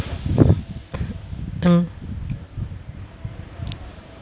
mm